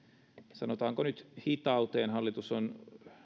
sanotaanko nyt hitauteen hallitus on